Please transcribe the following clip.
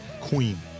Queen